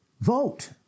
Vote